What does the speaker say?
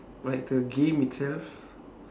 like the game itself